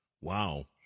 Wow